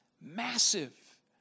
massive